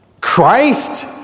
Christ